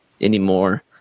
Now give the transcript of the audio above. anymore